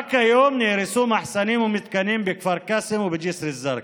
רק היום נהרסו מחסנים ומתקנים בכפר קאסם ובג'יסר א-זרקא.